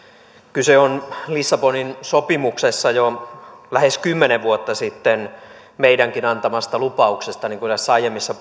kyse on lissabonin sopimuksessa jo lähes kymmenen vuotta sitten meidänkin antamastamme lupauksesta niin kuin näissä aiemmissa